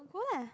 go lah